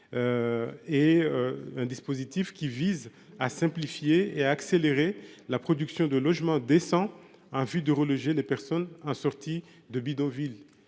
Il s’agit de simplifier et d’accélérer la production de logements décents en vue de reloger les personnes en sortie de bidonville,